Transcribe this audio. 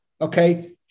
okay